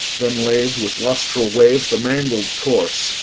then laved with lustral waves the mangled corse,